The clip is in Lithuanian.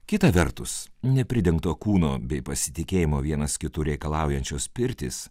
kita vertus nepridengto kūno bei pasitikėjimo vienas kitu reikalaujančios pirtys